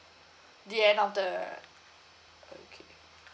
the end of the okay